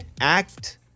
act